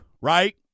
right